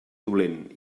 dolent